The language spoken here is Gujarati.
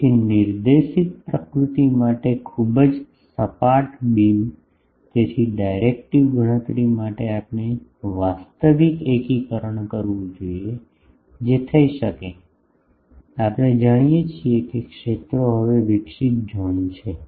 તેથી નિર્દેશિત પ્રકૃતિ માટે ખૂબ જ સપાટ બીમ તેથી ડાયરેક્ટિવ ગણતરી માટે આપણે વાસ્તવિક એકીકરણ કરવું જોઈએ જે થઈ શકે આપણે જાણીએ છીએ કે ક્ષેત્રો હવે વિકસિત ઝોન છે